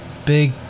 Big